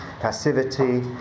passivity